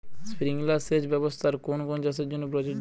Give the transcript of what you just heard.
Sprinkler সেচ ব্যবস্থার কোন কোন চাষের জন্য প্রযোজ্য?